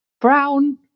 brown